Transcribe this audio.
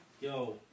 Yo